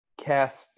cast